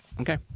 okay